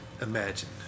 imagine